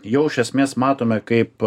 jau iš esmės matome kaip